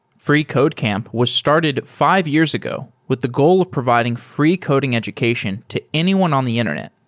freecodecamp was started five years ago with the goal of providing free coding education to anyone on the internet.